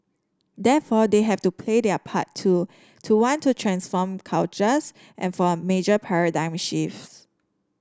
therefore they have to play their part too to want to transform cultures and for a major paradigm shift